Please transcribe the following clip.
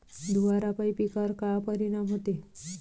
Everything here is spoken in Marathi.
धुवारापाई पिकावर का परीनाम होते?